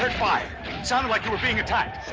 sounded like you were being attacked.